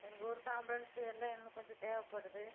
எங்கூருக்கு ambulance எல்லாம் இன்னும் கொஞ்சம் தேவைப்படுது